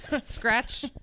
scratch